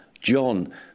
john